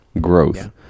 growth